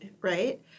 right